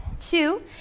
two